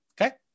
Okay